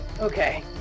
Okay